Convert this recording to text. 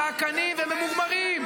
צעקנים וממורמרים.